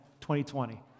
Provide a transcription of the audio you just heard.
2020